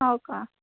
हो का